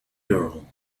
girl